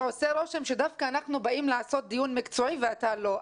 שעושה רושם שדווקא אנחנו באים לעשות דיון מקצועי ואתה לא.